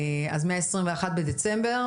אז מה-21 בדצמבר,